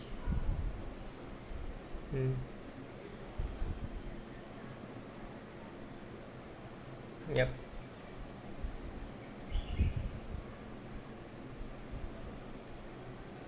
mm yup